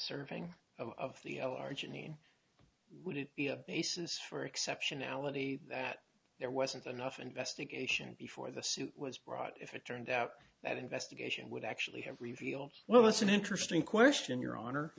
serving of the l r janine would it be a basis for exceptionality that there wasn't enough investigation before the suit was brought if it turned out that investigation would actually have revealed well that's an interesting question your honor